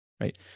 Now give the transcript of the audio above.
right